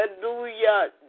Hallelujah